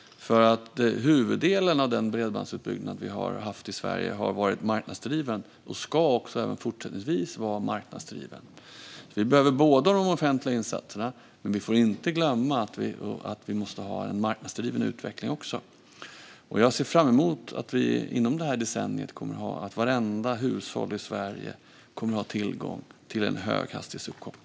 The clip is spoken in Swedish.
Huvuddelen av den bredbandsutbyggnad vi har haft i Sverige har varit marknadsdriven, och den ska även fortsättningsvis vara marknadsdriven. Vi behöver de offentliga insatserna, men vi får inte glömma att vi också måste ha en marknadsdriven utveckling. Jag ser fram emot att vartenda hushåll i Sverige inom detta decennium kommer att ha tillgång till höghastighetsuppkoppling.